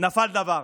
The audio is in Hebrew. נפל דבר.